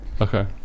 Okay